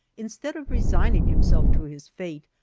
instead of resigning himself to his fate,